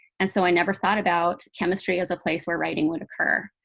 and so i never thought about chemistry as a place where writing would occur.